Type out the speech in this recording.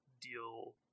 deal